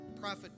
prophet